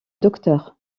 docteur